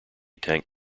tank